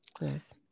yes